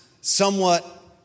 somewhat